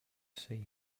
see